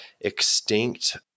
extinct